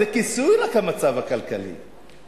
המצב הכלכלי זה רק כיסוי.